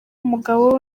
umugabo